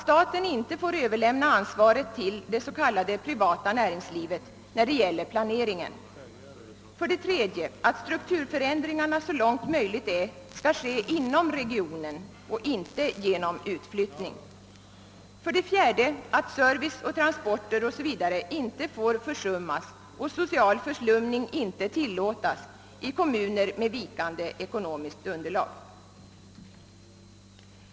Staten får inte överlämna ansvaret till det s.k. privata näringslivet när det gäller planeringen. 3. Strukturförändringarna skall så långt möjligt är ske inom regionen och inte genom utflyttning. 4, Serviceoch transportmöjligheter o.s.v. får inte försummas och någon social förslumning får inte tillåtas i kommuner med vikande ekonomiskt underlag.